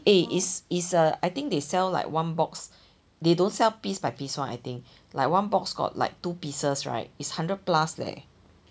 eh it's it's uh I think they sell like one box they don't sell piece by piece [one] I think like one box got like two pieces right it's hundred plus leh